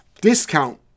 discount